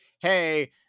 hey